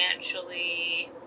financially